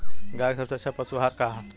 गाय के सबसे अच्छा पशु आहार का ह?